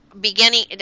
beginning